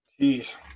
Jeez